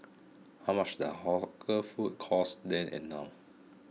how much does hawker food cost then and now